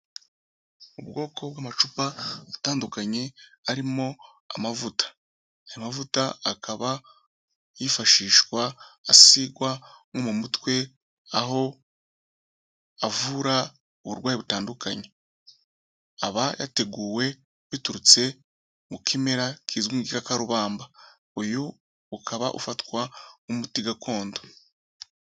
Ubwoko bw'amacupa atandukanye harimo amavuta, aya amavuta akaba yifashishwa asigwa nko mu mutwe, aho avura uburwayi butandukanye, aba yateguwe biturutse mu kimera kizwi nk'igikakarubamba, uyu ukaba ufatwa nk'umuti gakondo.